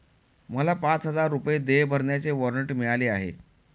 मला पाच हजार रुपये देय भरण्याचे वॉरंट मिळाले आहे